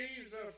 Jesus